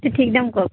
তে ঠিক দাম কওক